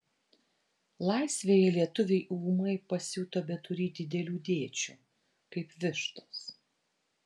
laisvėje lietuviai ūmai pasijuto beturį didelių dėčių kaip vištos